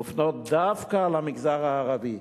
מופנות דווקא למגזר הערבי.